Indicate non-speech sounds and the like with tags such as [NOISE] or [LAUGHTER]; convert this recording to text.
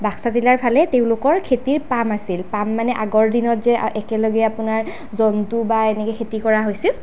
বাকচা জিলাৰ ফালে তেওঁলোকৰ খেতিৰ পাম আছিল পাম মানে আগৰ দিনত যে [UNINTELLIGIBLE] একেলগে আপোনাৰ জন্তু বা এনেকৈ খেতি কৰা হৈছিল